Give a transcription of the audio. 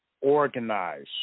organize